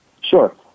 Sure